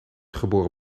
geboren